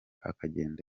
akagenda